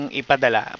ipadala